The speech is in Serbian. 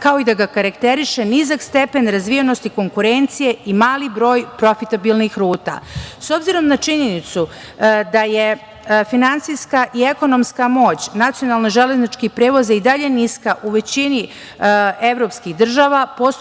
kao i da ga karakteriše nizak stepen razvijenosti i konkurencije i mali broj profitabilnih ruta.S obzirom na činjenicu da je finansijska i ekonomska moć nacionalnih železničkih prevoza i dalje niska, u većini evropskih država, postojala